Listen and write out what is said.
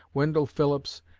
wendell phillips,